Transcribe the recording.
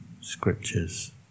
scriptures